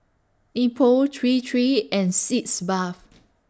Nepro Tree three and Sitz Bath